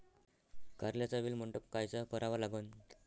कारल्याचा वेल मंडप कायचा करावा लागन?